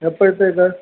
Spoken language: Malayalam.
എപ്പോഴത്തേക്കാണ്